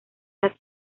las